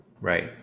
Right